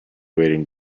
waiting